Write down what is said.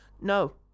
No